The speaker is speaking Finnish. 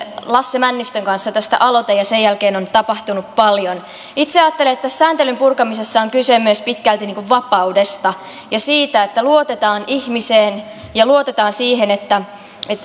lasse männistön kanssa tästä aloitteen ja sen jälkeen on tapahtunut paljon itse ajattelen että sääntelyn purkamisessa on kyse myös pitkälti vapaudesta ja siitä että luotetaan ihmiseen ja siihen